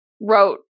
wrote